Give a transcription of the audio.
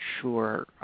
sure